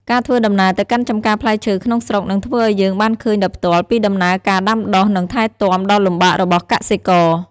ការធ្វើដំណើរទៅកាន់ចម្ការផ្លែឈើក្នុងស្រុកនឹងធ្វើឱ្យយើងបានឃើញដោយផ្ទាល់ពីដំណើរការដាំដុះនិងថែទាំដ៏លំបាករបស់កសិករ។